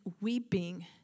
weeping